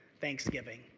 thanksgiving